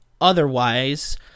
otherwise